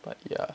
but ya